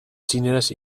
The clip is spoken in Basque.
txineraz